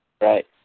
right